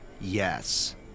Yes